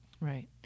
Right